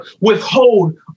withhold